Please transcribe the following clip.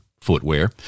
footwear